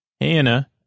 Hannah